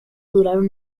duraron